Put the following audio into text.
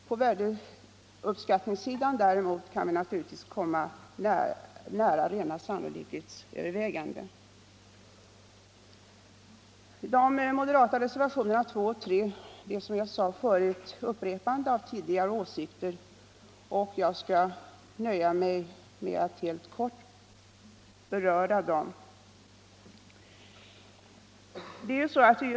På värdeuppskattningssidan däremot kan vi naturligtvis komma nära rena sannolikhetsöverväganden. De moderata reservationerna 2 och 3 är, som jag sade förut, upprepanden av tidigare teser, och jag skall nöja mig med att helt kort beröra dem.